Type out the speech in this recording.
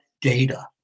data